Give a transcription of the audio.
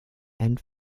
and